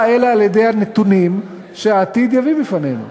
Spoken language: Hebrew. אלא על-ידי הנתונים שהעתיד יביא בפנינו.